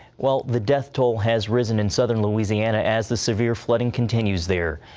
well, the death toll has risen in southern louisiana as the severe flooding continues there.